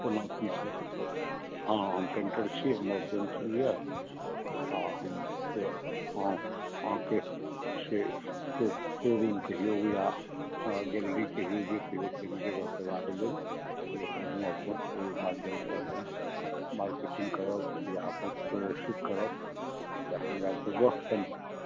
कोना की छै हॅं हम पेन्टर छी हमर पेन्टिंग यऽ आ हम अहाँके जे शोरुम कहियौ या गैलरी कहियौ जे कहियौ मे जगह पयबाके लेल जे हमहुँ अपन ओहि माध्यमसँ अपन मार्केटिंग करब या अपन प्रदर्शित करब तै हमर गप सुनू